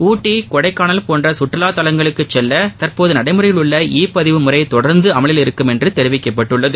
ஊட்டி கொடைக்கானல் போன்ற சுற்றுலா தலங்களுக்கு செல்ல தற்போது நடைமுறையிலுள்ள இ பதிவு முறை தொடர்ந்து அமலில் இருக்கும் என்று தெரிவிக்கப்பட்டுள்ளது